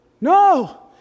No